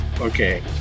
Okay